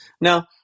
Now